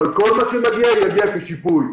אבל כל מה שמגיע יגיע כשיפוי.